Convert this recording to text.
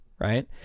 right